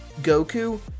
goku